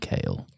Kale